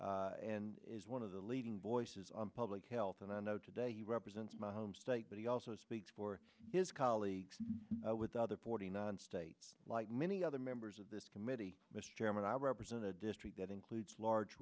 citizens and is one of the leading voices on public health and i know today he represents my home state but he also speaks for his colleagues with the other forty nine states like many other members of this committee mr chairman i represent a district that includes large